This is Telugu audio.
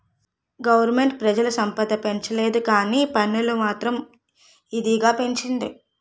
గవరమెంటు పెజల సంపద పెంచలేదుకానీ పన్నులు మాత్రం మా ఇదిగా పెంచింది